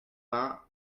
vingt